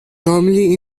normally